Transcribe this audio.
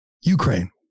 Ukraine